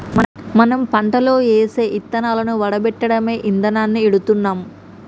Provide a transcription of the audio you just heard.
మనం పంటలో ఏసే యిత్తనాలను వాడపెట్టడమే ఇదానాన్ని ఎడుతున్నాం